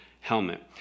helmet